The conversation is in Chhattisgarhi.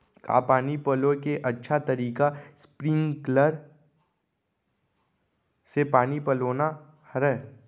का पानी पलोय के अच्छा तरीका स्प्रिंगकलर से पानी पलोना हरय?